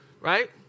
right